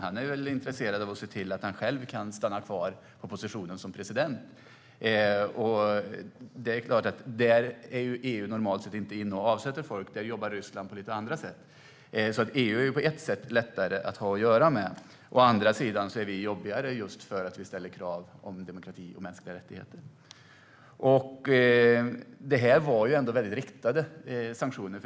Han är väl intresserad av att se till att han kan stanna kvar på positionen som president. EU är normalt sett inte inne och avsätter folk. Ryssland jobbar på lite andra sätt. EU är alltså på ett sätt lättare att ha att göra med. Å andra sidan är vi jobbigare just för att vi ställer krav i fråga om demokrati och mänskliga rättigheter. Det här var ändå väldigt riktade sanktioner.